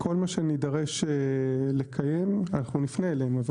כל מה שנדרש לקיים, אנחנו נפנה אליהם.